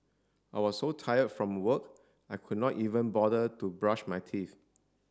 I was so tired from work I could not even bother to brush my teeth